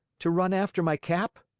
to run after my cap?